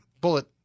bullet